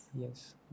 Yes